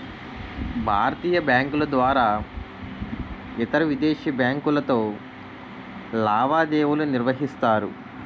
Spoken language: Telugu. భారతీయ బ్యాంకుల ద్వారా ఇతరవిదేశీ బ్యాంకులతో లావాదేవీలు నిర్వహిస్తారు